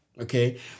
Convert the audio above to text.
okay